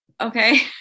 okay